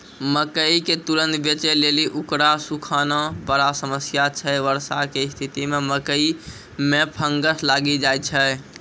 मकई के तुरन्त बेचे लेली उकरा सुखाना बड़ा समस्या छैय वर्षा के स्तिथि मे मकई मे फंगस लागि जाय छैय?